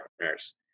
partners